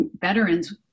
veterans